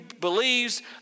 believes